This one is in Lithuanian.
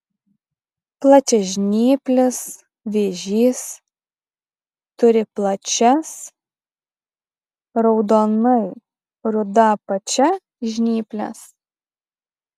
plačiažnyplis vėžys turi plačias raudonai ruda apačia žnyples